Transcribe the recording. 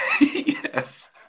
Yes